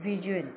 visual